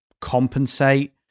compensate